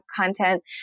content